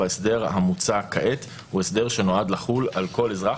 ההסדר המוצע כעת הוא הסדר שנועד לחול על כל אזרח,